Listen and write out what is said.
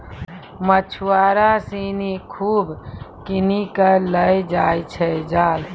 मछुआरा सिनि खूब किनी कॅ लै जाय छै जाल